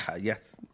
Yes